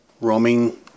roaming